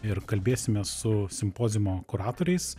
ir kalbėsime su simpoziumo kuratorės